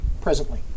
presently